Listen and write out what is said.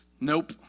Nope